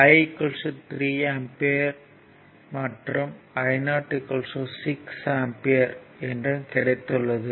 I 3 ampere மற்றும் Io 6 ampere என்றும் கிடைத்துள்ளது